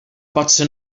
potser